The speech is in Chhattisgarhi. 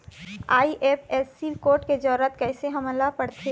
आई.एफ.एस.सी कोड के जरूरत कैसे हमन ला पड़थे?